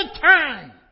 time